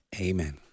Amen